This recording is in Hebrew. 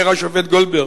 אומר השופט גולדברג,